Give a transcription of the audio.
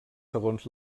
segons